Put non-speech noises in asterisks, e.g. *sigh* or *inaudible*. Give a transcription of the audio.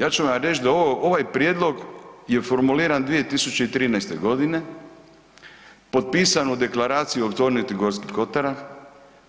Ja ću vam reći da ovo, ovaj prijedlog je formuliran 2013. g., potpisan u deklaraciji o ... *unintelligible* gorskih kotara,